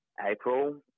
April